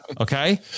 Okay